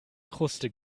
kruste